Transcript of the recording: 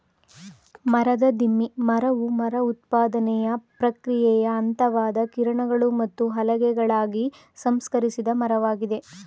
ಮರದ ದಿಮ್ಮಿ ಮರವು ಮರ ಉತ್ಪಾದನೆಯ ಪ್ರಕ್ರಿಯೆಯ ಹಂತವಾದ ಕಿರಣಗಳು ಮತ್ತು ಹಲಗೆಗಳಾಗಿ ಸಂಸ್ಕರಿಸಿದ ಮರವಾಗಿದೆ